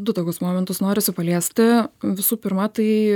du tokius momentus norisi paliesti visų pirma tai